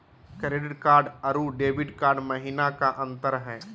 Credit card अरू debit card महिना का अंतर हई?